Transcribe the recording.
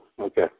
Okay